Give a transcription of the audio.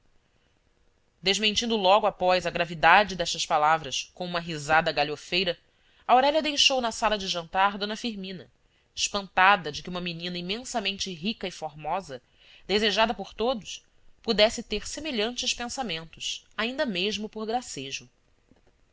desmentindo logo após a gravidade destas palavras com uma risada galhofeira aurélia deixou na sala de jantar d firmina espantada de que uma menina imensamente rica e formosa desejada por todos pudesse ter semelhantes pensamentos ainda mesmo por gracejo